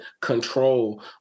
control